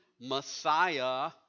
Messiah